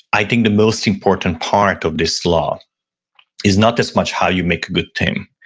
i think the most important part of this law is not as much how you make a good team.